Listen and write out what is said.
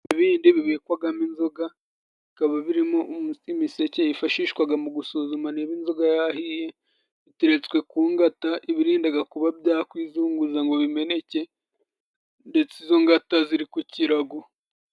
Ibibindi bibikwagamo inzoga, bikaba birimo imiseke yifashishwaga mu gusuzuma niba inzoga yahiye, biteretswe ku ngata ibirindaga kuba byakwizunguza ngo bimeneke ndetse izo ngata ziri ku kirago.